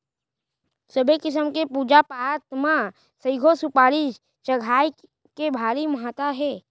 सबे किसम के पूजा पाठ म सइघो सुपारी चघाए के भारी महत्ता हे